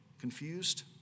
confused